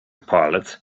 pilots